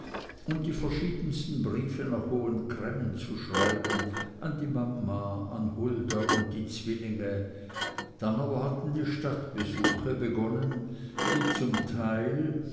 und die verschiedensten briefe nach hohen cremmen zu schreiben an die mama an hulda und die zwillinge dann aber hatten die stadtbesuche begonnen die zum teil